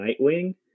Nightwing